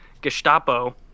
Gestapo